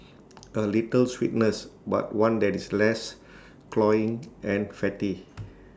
A little sweetness but one that is less cloying and fatty